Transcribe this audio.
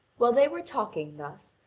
while they were talking thus,